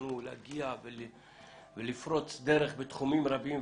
שהצלחנו להגיע ולפרוץ דרך בתחומים רבים,